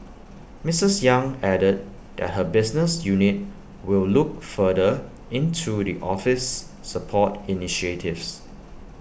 Mrs yang added that her business unit will look further into the office's support initiatives